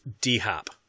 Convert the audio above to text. D-Hop